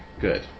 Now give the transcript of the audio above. good